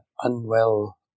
Unwell